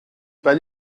pas